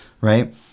right